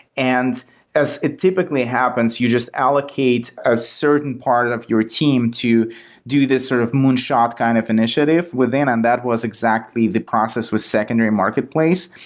and as it typically happens, you just allocate a certain part of your team to do this sort of moonshot kind of initiative within, and that was exactly the process was secondary marketplace,